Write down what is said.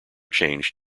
changed